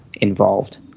involved